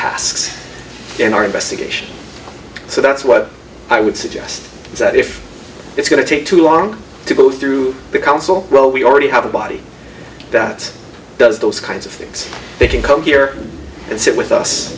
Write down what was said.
tasks in our investigation so that's what i would suggest that if it's going to take too long to go through the council well we already have about that does those kinds of things they can come here and sit with us